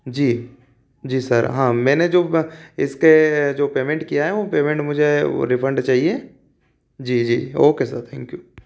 जी जी सर हाँ मैंने जो इसका पेमेंट किया वो रिफंड चाहिए जी जी ओके सर थैंक्यू